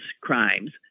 crimes